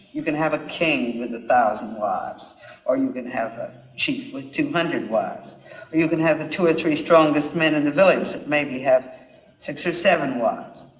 you can have a king with a thousand wives or you can have a chief with two hundred wives or you can have the two or three strongest men in the village maybe have six or seven wives.